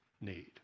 need